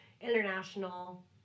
international